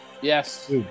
Yes